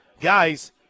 Guys